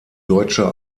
deutsche